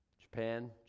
Japan